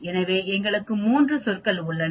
எனவே எங்களுக்கு 3 சொற்கள் உள்ளன